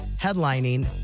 headlining